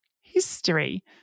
history